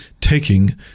taking